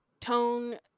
tone